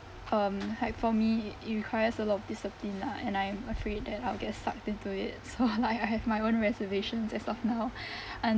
um like for me it requires a lot of discipline lah and I am afraid that I would get sucked into it so I I have my own reservations as of now and